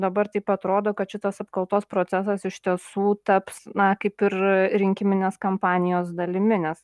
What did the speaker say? dabar taip atrodo kad šitas apkaltos procesas iš tiesų taps na kaip ir rinkiminės kampanijos dalimi nes